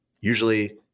usually